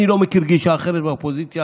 אני לא מכיר גישה אחרת באופוזיציה